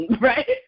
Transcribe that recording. right